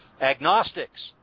agnostics